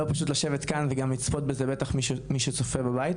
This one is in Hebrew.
לא פשוט לשבת כאן וגם לצפות בזה בטח מי שצופה בבית.